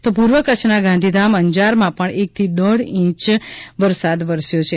તો પૂર્વ કચ્છના ગાંધીધામ અંજારમાં પણ એકથી અઢી ઈંચ વરસાદ વરસ્યો છે